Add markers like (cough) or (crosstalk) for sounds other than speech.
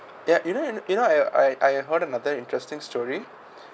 ya you know you you know I I heard another interesting story (breath)